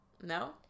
No